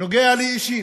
נוגע לי אישית.